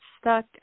stuck